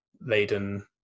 laden